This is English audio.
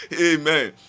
Amen